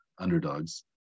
underdogs